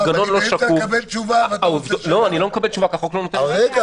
אני באמצע לקבל תשובה ואתה --- אני לא מקבל תשובה --- רגע.